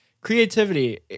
creativity